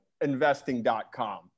investing.com